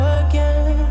again